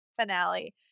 finale